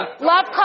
Love